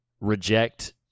reject